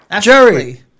Jerry